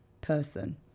person